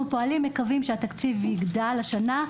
אנחנו פועלים ומקווים שהתקציב יגדל השנה.